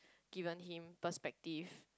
given him perspective